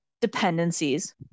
dependencies